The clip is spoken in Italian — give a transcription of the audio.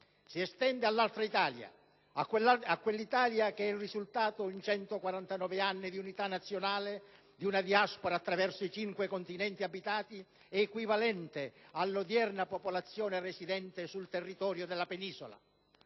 Si estende all'altra Italia, a quell'Italia che è il risultato, in 149 anni di unità nazionale, di una diaspora attraverso i cinque continenti abitati, equivalente all'odierna popolazione residente sul territorio della penisola.